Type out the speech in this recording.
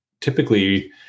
typically